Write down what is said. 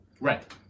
Right